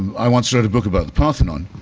i once wrote a book about the parthenon,